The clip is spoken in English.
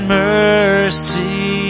mercy